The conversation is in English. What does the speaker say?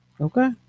Okay